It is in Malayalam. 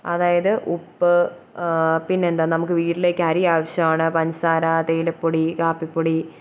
അതായത് ഉപ്പ് പിന്നെ എന്താണ് നമുക്ക് വീട്ടിലേക്ക് അരി ആവശ്യമാണ് പഞ്ചസാര തേയിലപ്പൊടി കാപ്പിപ്പൊടി